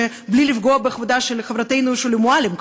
בלי לפגוע בכבודה של חברתנו שולי מועלם,